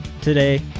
today